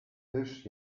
dış